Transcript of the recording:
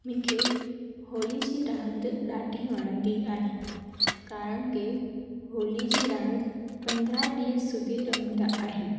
मूंखे होली जी रांदि ॾाढी वणंदी आहे कारण के होली जी रांदि पंद्रहां ॾींहं सुधी रमंदा आहियूं